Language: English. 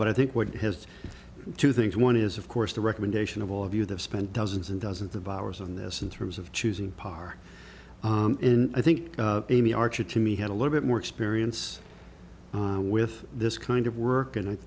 but i think what has two things one is of course the recommendation of all of you have spent dozens and dozens of hours on this in terms of choosing par i think amy archer to me had a little bit more experience with this kind of work and